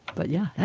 but yeah,